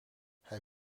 hij